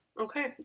Okay